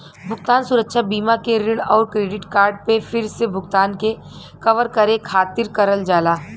भुगतान सुरक्षा बीमा के ऋण आउर क्रेडिट कार्ड पे फिर से भुगतान के कवर करे खातिर करल जाला